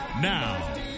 Now